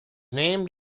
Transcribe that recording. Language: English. named